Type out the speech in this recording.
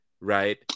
right